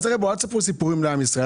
אז אל תספרו סיפורים לעם ישראל.